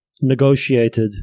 negotiated